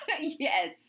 Yes